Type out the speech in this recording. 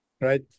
right